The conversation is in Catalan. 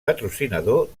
patrocinador